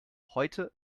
heute